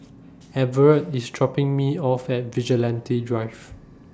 Everett IS dropping Me off At Vigilante Drive